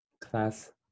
class